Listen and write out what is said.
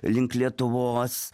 link lietuvos